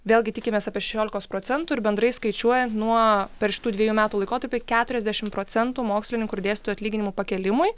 vėlgi tikimės apie šešiolikos procentų ir bendrai skaičiuojant nuo per šitų dviejų metų laikotarpį keturiasdešim procentų mokslininkų ir dėsto atlyginimų pakėlimui